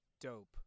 dope